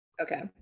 okay